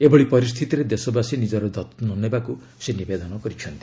ଏଭଳି ପରିସ୍ଥିତିରେ ଦେଶବାସୀ ନିଜର ଯତ୍ନ ନେବାକୁ ସେ ନିବେଦନ କରିଛନ୍ତି